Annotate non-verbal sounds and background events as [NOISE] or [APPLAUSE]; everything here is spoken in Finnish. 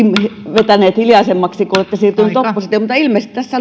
vetäneet hiljaisemmaksi kun olette siirtynyt oppositioon mutta ilmeisesti tässä [UNINTELLIGIBLE]